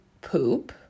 poop